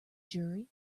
jury